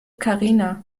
karina